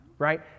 right